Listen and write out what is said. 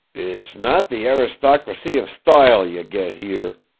it's not the aristocracy of stoile ye get here,